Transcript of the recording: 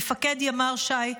מפקד ימ"ר ש"י,